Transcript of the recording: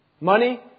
money